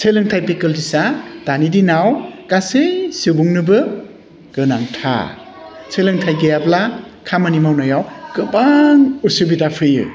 सोलोंथाइ दानि दिनाव गासै सुबुंनोबो गोनांथार सोलोंथाइ गैयाब्ला खामानि मावनायाव गोबां उसुबिदा फैयो